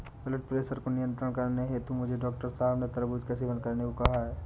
blood pressure को नियंत्रित करने हेतु मुझे डॉक्टर साहब ने तरबूज का सेवन करने को कहा है